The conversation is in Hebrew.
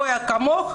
גויה כמוך,